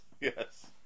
Yes